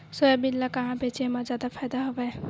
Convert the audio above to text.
Soybean ल कहां बेचे म जादा फ़ायदा हवय?